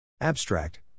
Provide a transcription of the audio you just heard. Abstract